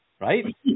right